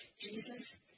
Jesus